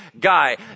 guy